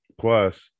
plus